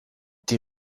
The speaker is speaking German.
die